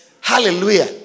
Hallelujah